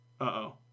Uh-oh